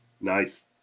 Nice